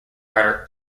router